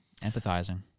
empathizing